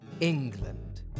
England